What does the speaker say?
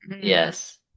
Yes